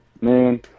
man